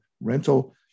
rental